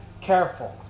Careful